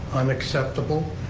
unacceptable,